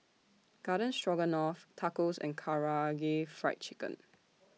Garden Stroganoff Tacos and Karaage Fried Chicken